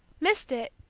missed it!